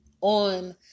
on